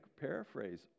paraphrase